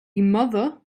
mother